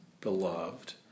beloved